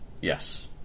Yes